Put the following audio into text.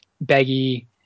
baggy